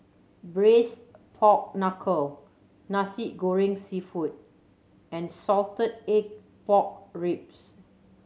Braised Pork Knuckle Nasi Goreng Seafood and salted egg pork ribs